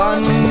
One